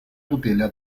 tutela